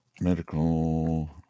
Medical